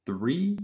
Three